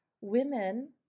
women